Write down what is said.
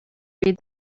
read